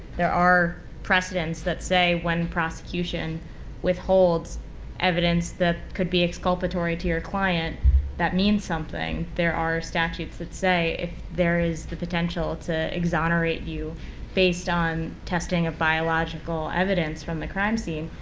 there are precedents that say when prosecution withholds evidence that could be exculpatory to your client that means something. there are statutes that say if there is the potential to exonerate you based on testing of biological evidence from the crime scene,